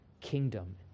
kingdom